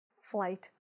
flight